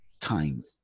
time